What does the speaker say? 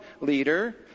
leader